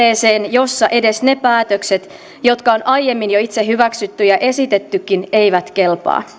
jossa edes ne päätökset jotka on aiemmin jo itse hyväksytty ja esitettykin eivät kelpaa